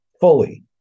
fully